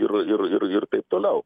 ir ir ir taip toliau